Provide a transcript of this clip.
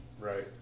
right